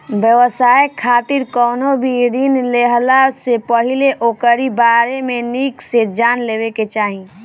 व्यवसाय खातिर कवनो भी ऋण लेहला से पहिले ओकरी बारे में निक से जान लेवे के चाही